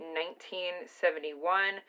1971